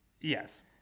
Yes